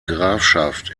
grafschaft